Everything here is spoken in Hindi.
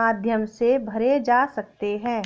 माध्यम से भरे जा सकते हैं